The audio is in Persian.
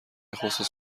خصوص